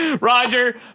Roger